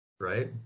right